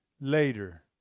later